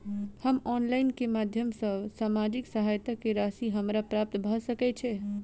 हम ऑनलाइन केँ माध्यम सँ सामाजिक सहायता केँ राशि हमरा प्राप्त भऽ सकै छै?